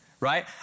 right